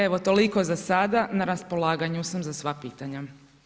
Evo toliko za sada, na raspolaganju sam za sva pitanja.